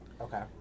Okay